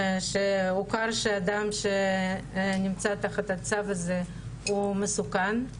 אדם שנמצא תחת הצו הזה הוא מסוכן.